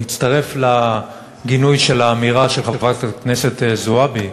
מצטרף לגינוי של האמירה של חברת הכנסת זועבי,